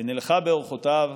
ונלכה באֹרחֹתיו.